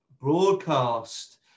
Broadcast